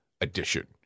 edition